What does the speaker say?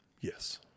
Yes